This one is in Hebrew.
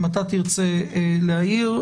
אם תרצה להעיר,